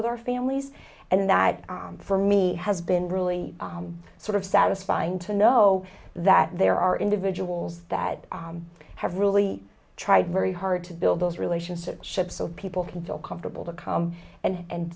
with our families and that for me has been really sort of satisfying to know that there are individuals that have really tried very hard to build those relationships ship so people can feel comfortable to come and